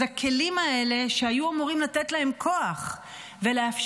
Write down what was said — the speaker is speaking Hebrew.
אז הכלים האלה שהיו אמורים לתת להן כוח ולאפשר